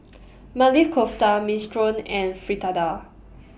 Maili Kofta Minestrone and Fritada